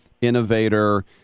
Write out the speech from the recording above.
innovator